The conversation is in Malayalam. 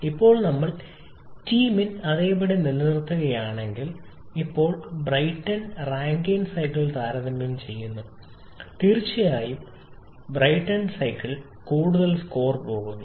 ഇപ്പോൾ നമ്മൾ Tmin അതേപടി നിലനിർത്തുകയാണെങ്കിൽ ഇപ്പോൾ ബ്രൈറ്റൺ റാങ്കൈൻ സൈക്കിൾ താരതമ്യം ചെയ്യുന്നു തീർച്ചയായും ബ്രൈടൺ സൈക്കിൾ കൂടുതൽ സ്കോർ പോകുന്നു